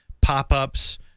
pop-ups